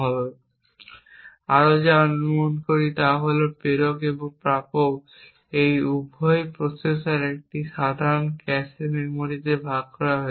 আমরা আরও যা অনুমান করি তা হল প্রেরক এবং প্রাপক এই উভয় প্রসেসর একটি সাধারণ ক্যাশে মেমরি ভাগ করছে